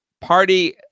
Party